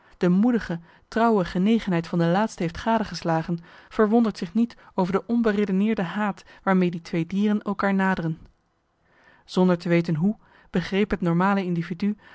de moedige trouwe genegenheid van de laatste heeft gadegeslagen verwondert zich niet over de onberedeneerde haat waarmee die twee dieren elkaar naderen zonder te weten hoe begreep het normale individu